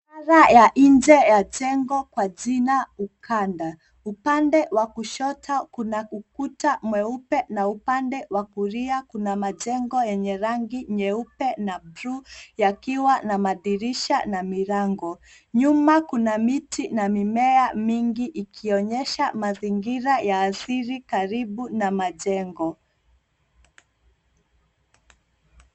Ng'ara ya nje ya jengo kwa jina ukanda. Upande wa kushoto kuna ukuta mweupe na upande wa kulia kuna majengo yenye rangi nyeupe na blue yakiwa na madirisha na milango. Nyuma kuna miti na miema mingi ikionyesha mazingira ya asili karibu na majengo.